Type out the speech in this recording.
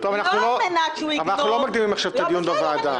ולא על מנת שהוא יגנוב --- אנחנו לא מתחילים עכשיו את הדיון בוועדה.